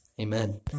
Amen